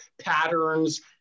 patterns